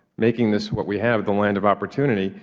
making this what we have, the land of opportunity,